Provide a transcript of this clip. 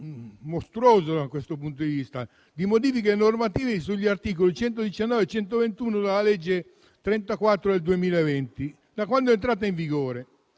mostruoso a proposito di modifiche normative sugli articoli 119 e 121 della legge n. 34 del 2020, da quando è entrata in vigore.